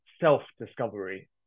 self-discovery